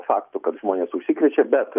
faktų kad žmonės užsikrečia bet